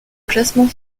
classement